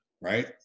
right